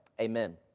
Amen